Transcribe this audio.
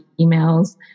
emails